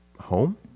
home